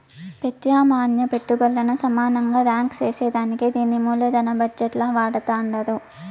పెత్యామ్నాయ పెట్టుబల్లను సమానంగా రాంక్ సేసేదానికే దీన్ని మూలదన బజెట్ ల వాడతండారు